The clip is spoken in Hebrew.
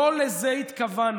לא לזה התכוונו.